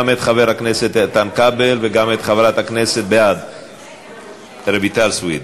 גם את חבר הכנסת איתן כבל ואת חברת הכנסת רויטל סויד,